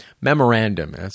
Memorandum